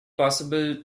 possible